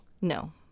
No